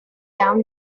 down